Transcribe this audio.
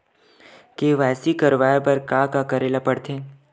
KYC करवाय बर का का करे ल पड़थे?